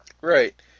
Right